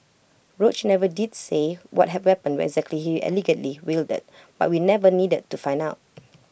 roach never did say what had weapon exactly he allegedly wielded but we never needed to find out